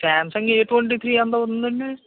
Samsung A twenty three ఎంతవుతుందండీ